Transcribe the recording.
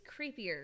creepier